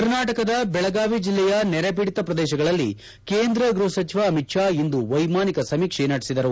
ಕರ್ನಾಟಕದ ಬೆಳಗಾವಿ ಜಿಲ್ಲೆಯ ನೆರೆ ಪೀಡಿತ ಪ್ರದೇಶಗಳಲ್ಲಿ ಕೇಂದ್ರ ಗೃಹಸಚಿವ ಅಮಿತ್ ಶಾ ಇಂದು ವ್ಯೆಮಾನಿಕ ಸಮೀಕ್ಷೆ ನಡೆಸಿದರು